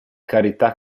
carità